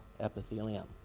epithelium